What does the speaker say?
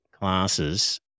classes